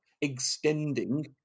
extending